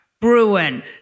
Bruin